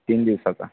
तीन दिवसाचा